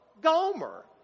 Gomer